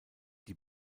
die